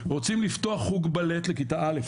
רוצים לפתוח חוג בלט לכיתה א',